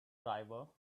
driver